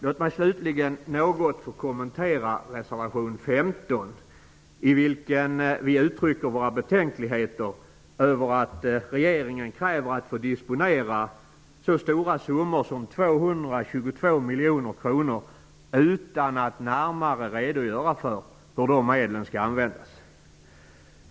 Låt mig slutligen något få kommentera reservation 15, i vilken vi uttrycker våra betänkligheter mot att regeringen kräver att få disponera en så stor summa som 222 miljoner kronor, utan att närmare redogöra för hur de medlen skall användas.